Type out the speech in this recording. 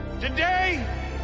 Today